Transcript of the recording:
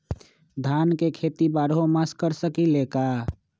धान के खेती बारहों मास कर सकीले का?